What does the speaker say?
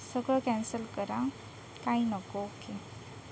सगळं कॅन्सल करा काही नको ओके